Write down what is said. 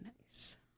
Nice